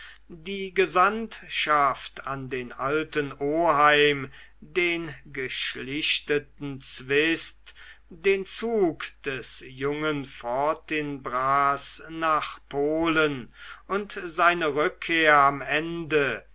die gesandtschaft an den alten oheim den geschlichteten zwist den zug des jungen fortinbras nach polen und seine rückkehr am ende